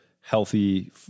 healthy